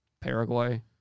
Paraguay